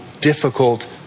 difficult